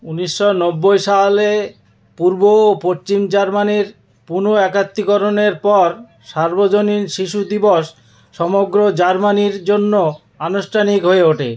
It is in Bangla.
উনিশশো নব্বই সালে পূর্ব ও পশ্চিম জার্মানির পুনঃএকাত্তিকরণের পর সার্বজনীন শিশু দিবস সমগ্র জার্মানির জন্য আনুষ্ঠানিক হয়ে ওঠে